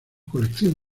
colección